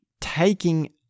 taking